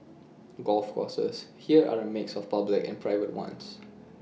golf courses here are A mix of public and private ones